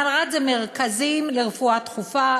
מלר"ד זה מרכזים לרפואה דחופה,